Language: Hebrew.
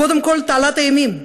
קודם כול, תעלת הימים,